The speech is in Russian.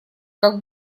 как